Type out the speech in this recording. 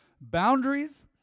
boundaries